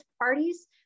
parties